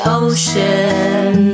ocean